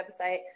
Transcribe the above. website